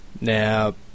Now